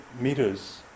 meters